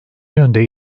yönde